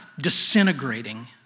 disintegrating